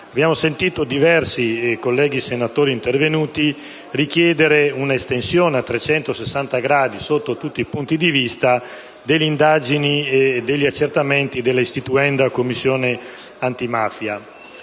abbiamo sentito diversi colleghi senatori intervenuti richiedere un'estensione a 360 gradi, sotto tutti i punti di vista, delle indagini e degli accertamenti dell'istituenda Commissione antimafia.